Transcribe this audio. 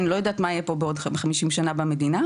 אני לא יודעת מה יהיה פה בעוד חמישים שנה במדינה,